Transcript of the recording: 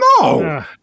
No